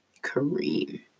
Kareem